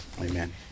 amen